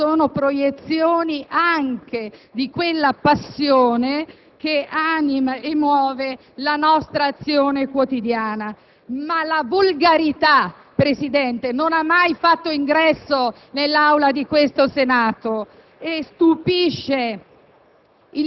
che sono proiezioni anche di quella passione che anima e muove la nostra azione quotidiana. Ma la volgarità, Presidente, non ha mai fatto ingresso nell'Aula di questo Senato e stupisce